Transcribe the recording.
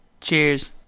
Cheers